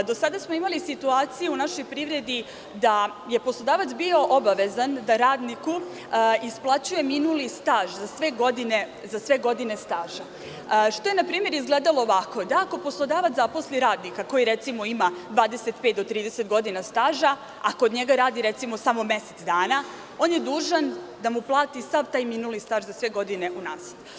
Do sada smo imali situaciju u našoj privredi da je poslodavac bio obavezan da radniku isplaćuje minuli staž za sve godine staža, što je na primer izgledalo ovako – da ako poslodavac zaposli radnika koji ima 25 do 30 godina staža, a kod njega radi, recimo, samo mesec dana, on je dužan da mu plati sav taj minuli staž za sve godine unazad.